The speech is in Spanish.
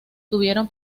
tuvieron